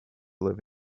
live